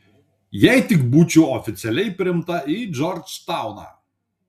jei tik būčiau oficialiai priimta į džordžtauną